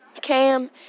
Cam